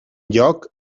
lloc